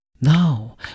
Now